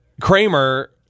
Kramer